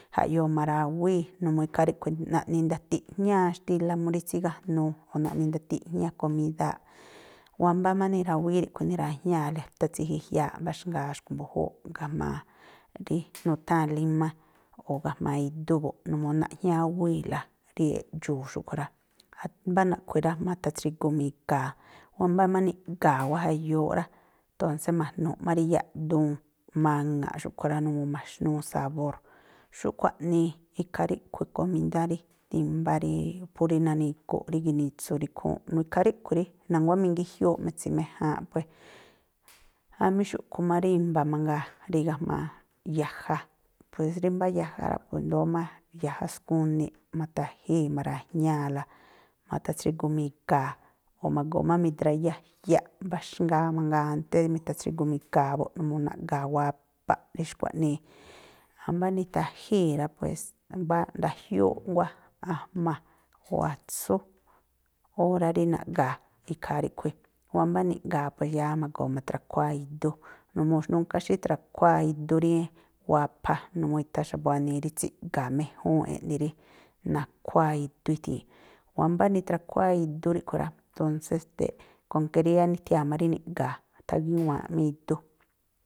Jaꞌyoo ma̱rawíí, numuu ikhaa ríꞌkhui̱ naꞌni ndatiꞌjñáá xtílá mú rí tsígájnuu, o̱ naꞌni ndatiꞌjñá komídáa̱ꞌ. Wámbá má nirawíí ríꞌkhui̱, nirajñáa̱le, athatsijijiaaꞌ mbáxngaa xkui̱ mbu̱júúꞌ ga̱jma̱a rí nutháa̱n límá o̱ ga̱jma̱a idú buꞌ numuu naꞌjñáwíi̱la rí eꞌdxuu̱ xúꞌkhui̱ rá. ma̱tha̱tsrigu mi̱ga̱a̱, wámbá má niꞌga̱a̱ wáa̱ jayuuꞌ rá, tónsé ma̱jnu̱ꞌ má rí yaꞌduun maŋa̱ꞌ xúꞌkhui̱ rá, numuu maxnúú sabór, xúꞌkhui̱ aꞌnii. Ikhaa ríꞌkhui̱ komídá rí timbá rí phú rí nani̱gu̱ꞌ rí ginitsu rí ikhúúnꞌ. ikhaa ríꞌkhui̱ rí na̱nguá mingíjiúúꞌ mi̱tsi̱méjáánꞌ puée̱. Jamí xúꞌkhui̱ má rí i̱mba̱ mangaa, rí ga̱jma̱a yaja, pues rí mbá yaja rá, po i̱ndóó má yaja skuniꞌ, ma̱ta̱jíi̱, ma̱ra̱jñáa̱la, ma̱tha̱tsrigu mi̱ga̱a̱, o̱ ma̱goo má midráyájyaꞌ mbáxngaa mangaa ántés rí mi̱tha̱tsrigu mi̱ga̱a̱ buꞌ, numuu naꞌga̱a̱ wabaꞌ rí xkua̱ꞌnii. Ámbá nithajíi̱ rá, pues ndajiúúꞌ nguá a̱jma̱ o̱ atsú órá rí naꞌga̱a̱, ikhaa ríꞌkhui̱. wámbá niꞌga̱a̱ pue yá ma̱goo ma̱thrakhuaá idú, numuu núnká xíthra̱khuáá idú rí wapha, numuu i̱tha̱ xa̱bu̱ wanii rí tsíꞌga̱a̱ méjúúnꞌ eꞌni rí nakhuáá idú ithii̱. Wámbá nithrakhuáá idú ríꞌkhui̱ rá, tónsé ste̱, kon ke rí yáá nithiáá má rí niꞌga̱a̱, athagíwa̱anꞌ má idú.